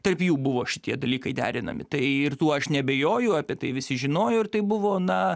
tarp jų buvo šitie dalykai derinami tai ir tuo aš neabejoju apie tai visi žinojo ir tai buvo na